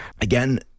Again